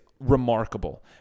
remarkable